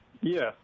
Yes